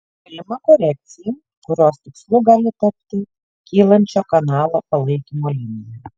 galima korekcija kurios tikslu gali tapti kylančio kanalo palaikymo linija